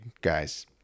guys